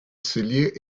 cellier